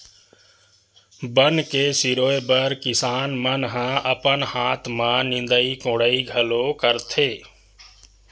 बन के सिरोय बर किसान मन ह अपन हाथ म निंदई कोड़ई घलो करथे